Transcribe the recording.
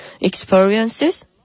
experiences